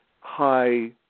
high